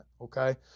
Okay